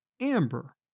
Amber